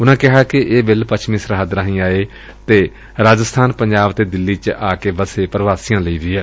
ਉਨਾਂ ਕਿਹਾ ਕਿ ਇਹ ਬਿੱਲ ਪੱਛਮੀ ਸਰਹੱਦ ਰਾਹੀਂ ਆਏ ਅਤੇ ਰਾਜਸਥਾਨ ਪੰਜਾਬ ਤੇ ਦਿੱਲੀ ਚ ਆ ਕੇ ਵਸੇ ਪ੍ਰਵਾਸੀਆਂ ਲਈ ਵੀ ਏ